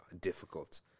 difficult